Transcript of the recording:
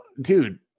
dude